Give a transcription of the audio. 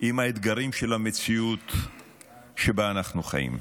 עם האתגרים של המציאות שבה אנחנו חיים.